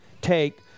take